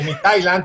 זה מתאילנד,